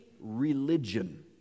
religion